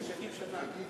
שכיב שנאן.